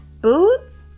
Boots